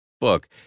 book